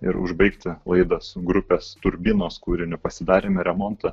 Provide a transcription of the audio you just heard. ir užbaigti laidą su grupės turbinos kūriniu pasidarėme remontą